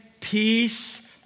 peace